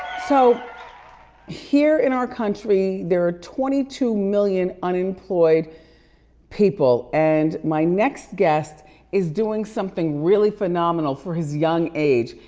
so here in our country there are twenty two million unemployed people and my next guest is doing something really phenomenal for his young age.